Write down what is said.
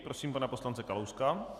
Prosím pana poslance Kalouska.